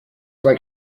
like